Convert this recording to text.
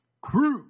crew